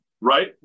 right